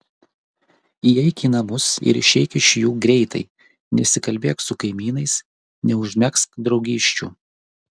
įeik į namus ir išeik iš jų greitai nesikalbėk su kaimynais neužmegzk draugysčių